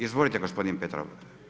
Izvolite gospodine Petrov.